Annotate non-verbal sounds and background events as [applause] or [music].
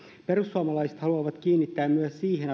perussuomalaiset haluavat kiinnittää huomiota myös siihen [unintelligible]